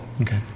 Okay